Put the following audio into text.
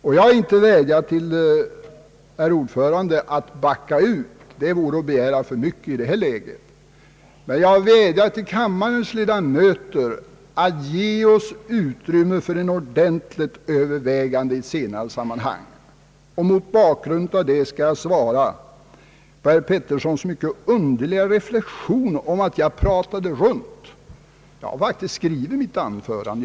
Jag har inte vädjat till herr ordföranden att backa ut. Det vore att begära för mycket i detta läge. Jag vädjar dock till kammarens ledamöter att ge oss utrymme för ett ordentligt övervägande i ett senare sammanhang. Mot bakgrunden av detta skall jag kommentera herr Georg Petterssons mycket underliga reflexion om att jag pratade runt. Jag har faktiskt skrivit mitt anförande.